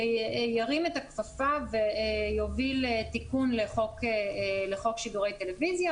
ירים את הכפפה ויוביל תיקון לחוק שידורי טלוויזיה